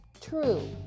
true